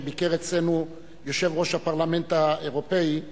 כאשר ביקר אצלנו יושב-ראש הפרלמנט האירופי,